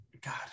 god